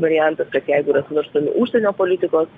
variantas kad jeigu yra svarstomi užsienio politikos